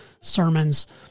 sermons